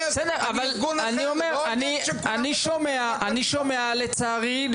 אני שומע לצערי,